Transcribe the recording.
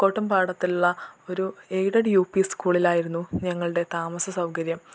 പൂക്കോട്ടും പാടത്തുള്ള ഒരു aided U P സ്കൂളിലായിരുന്നു ഞങ്ങളുടെ താമസ സൗകര്യം